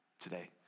today